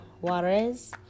Juarez